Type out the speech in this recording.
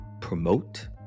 promote